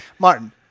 Martin